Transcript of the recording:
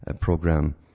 program